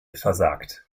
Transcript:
versagt